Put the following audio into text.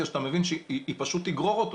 שאתה מבין שהיא פשוט תגרור אותו.